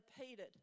repeated